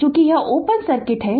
चूंकि यह open circuit है